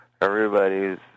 Everybody's